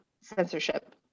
censorship